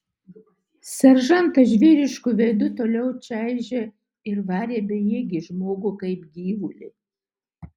seržantas žvėrišku veidu toliau čaižė ir varė bejėgį žmogų kaip gyvulį